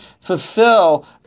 fulfill